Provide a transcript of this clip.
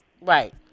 Right